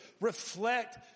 reflect